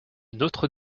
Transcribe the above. notre